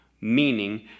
meaning